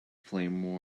flame